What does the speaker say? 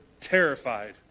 terrified